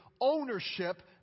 ownership